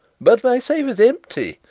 but my safe is empty!